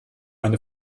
eine